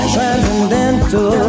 Transcendental